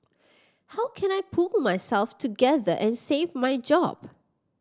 how can I pull myself together and save my job